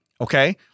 Okay